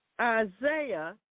Isaiah